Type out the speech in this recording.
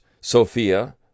Sophia